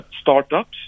startups